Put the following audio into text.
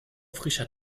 frischer